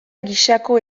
gisako